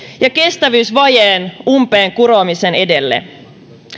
ja kestävyysvajeen umpeen kuromisen edelle